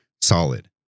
Solid